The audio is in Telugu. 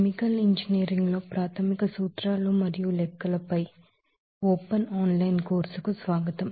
కెమికల్ ఇంజినీరింగ్ లో ప్రాథమిక సూత్రాలు మరియు లెక్కలపై ఓపెన్ ఆన్ లైన్ కోర్సుకు స్వాగతం